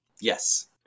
Yes